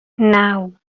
naŭ